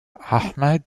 ahmad